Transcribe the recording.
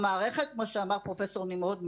המערכת, כמו שאמר פרופ' נמרוד מראש,